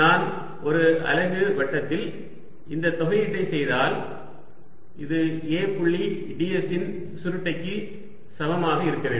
நான் ஒரு அலகு வட்டத்தில் இந்த தொகையீட்டை செய்தால் இது A புள்ளி ds இன் சுருட்டைக்கு சமமாக இருக்க வேண்டும்